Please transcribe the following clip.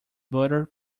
butter